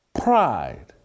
pride